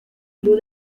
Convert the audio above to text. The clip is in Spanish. club